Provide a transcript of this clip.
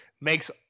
makes